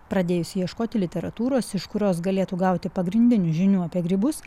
pradėjusi ieškoti literatūros iš kurios galėtų gauti pagrindinių žinių apie grybus